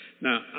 Now